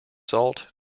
salt